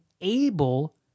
able